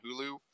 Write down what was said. Hulu